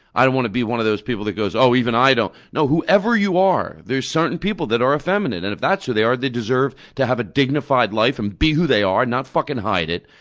i don't want to be one of those people that go, oh, even i don't. no. whoever you are, there's certain people that are effeminate, and if that's who they are, they deserve to have a dignified life and be who they are and not fuckin' hide it.